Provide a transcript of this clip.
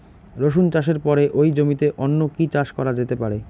রসুন চাষের পরে ওই জমিতে অন্য কি চাষ করা যেতে পারে?